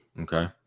Okay